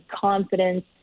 confidence